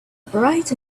bright